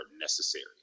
necessary